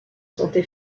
santé